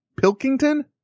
Pilkington